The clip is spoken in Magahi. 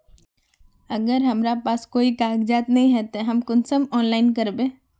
अगर हमरा पास कोई कागजात नय है तब हम कुंसम ऑनलाइन करबे?